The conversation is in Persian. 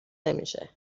نمیشه